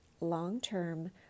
long-term